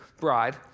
bride